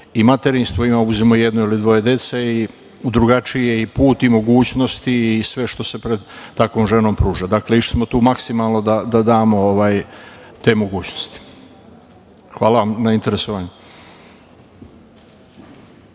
i materinstvo, uzmimo jedno ili dvoje dece, i drugačiji je i put i mogućnosti i sve što se pred takvom ženom pruža. Dakle, išli smo tu maksimalno da damo te mogućnosti. Hvala vam na interesovanju.